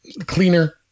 cleaner